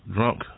Drunk